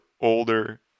older